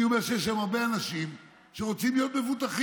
אני אומר שיש היום הרבה אנשים שרוצים להיות מבוטחים.